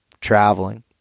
traveling